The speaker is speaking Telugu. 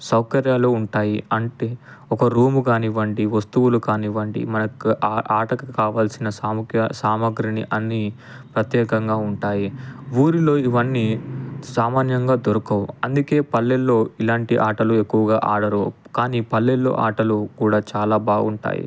సౌకర్యాలు ఉంటాయి అంటే ఒక రూమ్ కానివ్వండి వస్తువులు కానివ్వండి మనకు ఆ ఆటకు కావాల్సిన సాముఖ్య సామాగ్రిని అన్ని ప్రత్యేకంగా ఉంటాయి ఊరిలో ఇవన్నీ సామాన్యంగా దొరకవు అందుకే పల్లెల్లో ఇలాంటి ఆటలు ఎక్కువగా ఆడరు కానీ పల్లెల్లో ఆటలు కూడా చాలా బాగుంటాయి